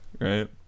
Right